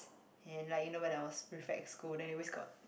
and like you know when I was prefect school then always got